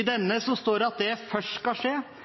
I denne står det at det først skal skje